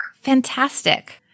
Fantastic